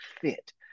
fit